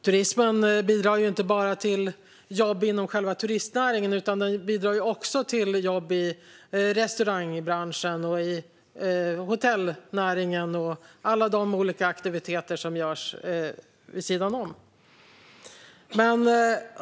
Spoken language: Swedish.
Turismen bidrar inte bara till jobb inom själva turistnäringen utan också till jobb i restaurangbranschen, hotellnäringen och andra verksamheter vid sidan om.